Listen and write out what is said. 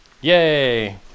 Yay